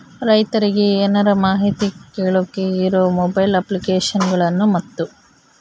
ರೈತರಿಗೆ ಏನರ ಮಾಹಿತಿ ಕೇಳೋಕೆ ಇರೋ ಮೊಬೈಲ್ ಅಪ್ಲಿಕೇಶನ್ ಗಳನ್ನು ಮತ್ತು?